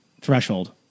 threshold